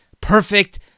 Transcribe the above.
perfect